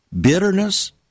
Bitterness